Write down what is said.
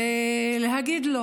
ולהגיד לו